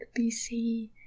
PC